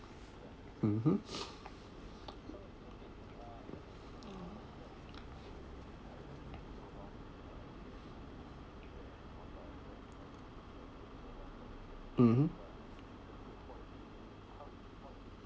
mmhmm mmhmm